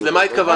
למה התכוונת?